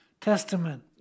Testament